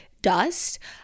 dust